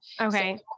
Okay